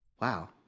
wow